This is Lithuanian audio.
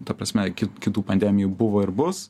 ta prasme kitų pandemijų buvo ir bus